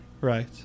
right